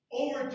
over